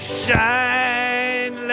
shine